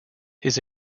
his